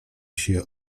się